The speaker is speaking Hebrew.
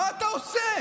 מה אתה עושה?